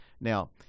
Now